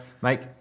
Mike